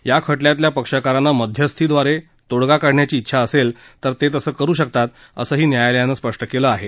या खटल्यातल्या पक्षकारांना मध्यस्थीद्वारे तोडगा काढण्याची उछा असेल तर ते तसं करु शकतात असंही न्यायालयानं स्पष्ट केलं आहे